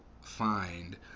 find